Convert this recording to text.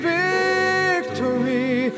victory